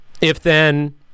if-then